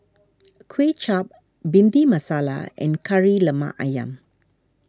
Kway Chap Bhindi Masala and Kari Lemak Ayam